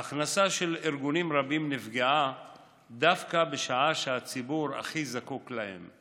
ההכנסה של ארגונים רבים נפגעה דווקא בשעה שהציבור הכי זקוק להם.